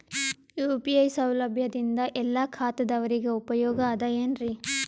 UPI ಸೌಲಭ್ಯದಿಂದ ಎಲ್ಲಾ ಖಾತಾದಾವರಿಗ ಉಪಯೋಗ ಅದ ಏನ್ರಿ?